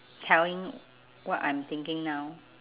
telling what I'm thinking now